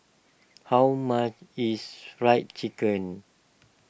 how much is Fried Chicken